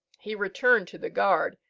he returned to the guard,